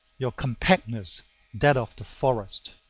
your compactness that of the forest.